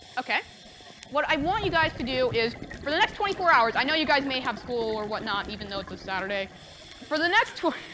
what i want you guys to do is, for the next twenty four hours, i know you guys may have school or what not, even though it's a saturday for the next twenty